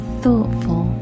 thoughtful